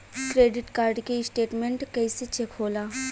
Credit card के statement कइसे check होला?